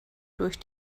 durch